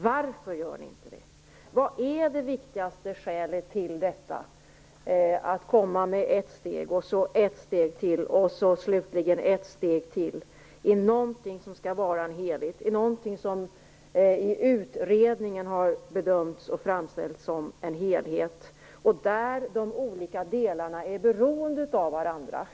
Vad är det viktigaste skälet till tre olika steg när det gäller någonting som i utredningen bedömts skall vara en helhet där de olika delarna är beroende av varandra?